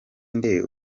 nde